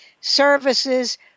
Services